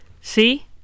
see